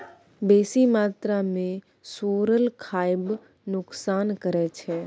बेसी मात्रा मे सोरल खाएब नोकसान करै छै